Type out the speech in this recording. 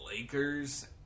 Lakers